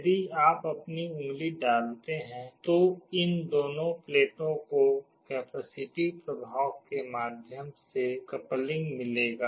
यदि आप अपनी उंगली डालते हैं तो इन दोनों प्लेटों को कैपेसिटिव प्रभाव के माध्यम से कपलिंग मिलेगा